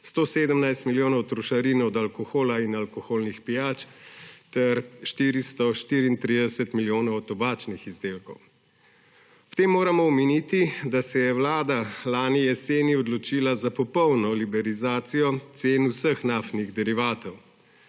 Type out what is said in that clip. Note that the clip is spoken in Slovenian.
(nadaljevanje) alkohola in alkoholnih pijač ter 434 milijonov od tobačnih izdelkov. Ob tem moramo omeniti, da se je Vlada lani jeseni odločila za popolno liberalizacijo cen vseh naftnih derivatov.